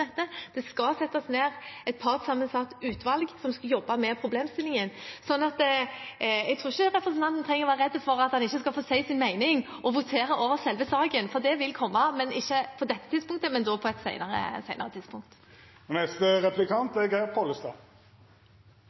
skal settes ned et partssammensatt utvalg som skal jobbe med problemstillingen. Så jeg tror ikke representanten trenger å være redd for at han ikke skal få si sin mening og votere over selve saken, for det vil komme – ikke på dette tidspunktet, men på et senere tidspunkt.